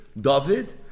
David